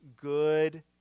good